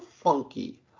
funky